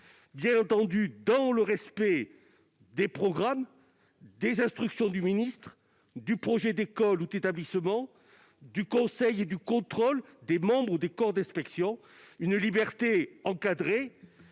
pédagogique dans le respect des programmes, des instructions du ministre, du projet d'école ou d'établissement, du conseil et du contrôle des membres des corps d'inspection. Cette liberté est encadrée,